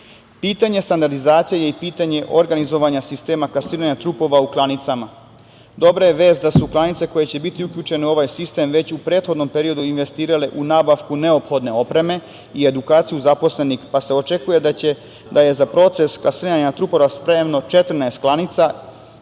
prima. Pitanje standardizacije je i pitanje organizovanja sistema klasiranja trupova u klanicama. Dobra je vest da su klanice koje će biti uključene u ovaj sistem već u prethodnom periodu investirale u nabavku neophodne opreme i edukaciju zaposlenih pa se očekuje da je za proces klasirana trupova spremno 14 klanica